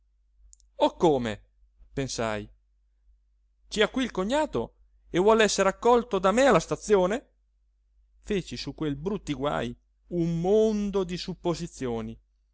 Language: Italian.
o come pensai ci ha qui il cognato e vuoi essere accolto da me alla stazione feci su quel brutti guaj un mondo di supposizioni